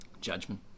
judgment